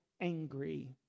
angry